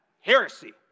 heresy